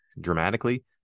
dramatically